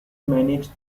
manage